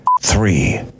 three